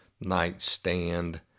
nightstand